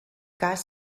cas